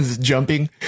jumping